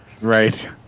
Right